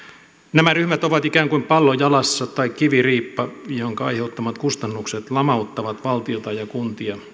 nämä ryhmät ovat ikään kuin pallo jalassa tai kiviriippa jonka aiheuttamat kustannukset lamauttavat valtiota ja kuntia